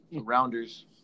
Rounders